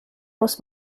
muss